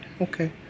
okay